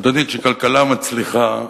אדוני, כשכלכלה מצליחה,